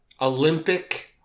Olympic